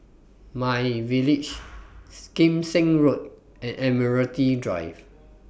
MyVillage Kim Seng Road and Admiralty Drive